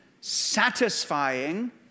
satisfying